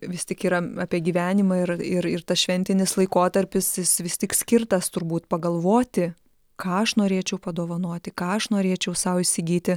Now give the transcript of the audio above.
vis tik yra apie gyvenimą ir ir ir tas šventinis laikotarpis jis vis tik skirtas turbūt pagalvoti ką aš norėčiau padovanoti ką aš norėčiau sau įsigyti